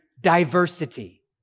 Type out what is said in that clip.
diversity